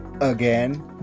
again